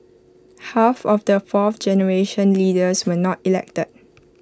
half of their fourth generation leaders were not elected